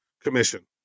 commission